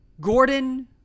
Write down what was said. Gordon